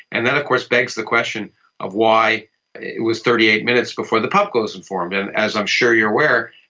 and that of course begs the question of why it was thirty eight minutes before the public was informed. and as i'm sure you're aware,